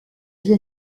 vie